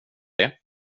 det